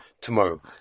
tomorrow